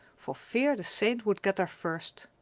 for fear the saint would get there first.